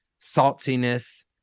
saltiness